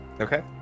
Okay